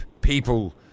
people